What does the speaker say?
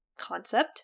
concept